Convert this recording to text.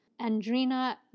Andrina